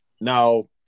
Now